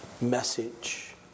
message